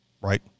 right